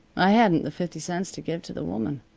i hadn't the fifty cents to give to the woman.